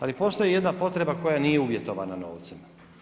Ali postoji jedna potreba koja nije uvjetovana novcem.